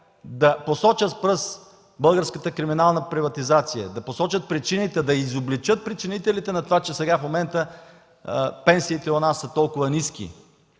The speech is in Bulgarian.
да посочат с пръст българската криминална приватизация, да посочат причините, да изобличат причинителите на това, че в момента пенсиите у нас са толкова ниски,